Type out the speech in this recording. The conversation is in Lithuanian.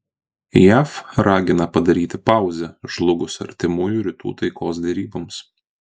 jav ragina padaryti pauzę žlugus artimųjų rytų taikos deryboms